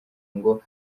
ngo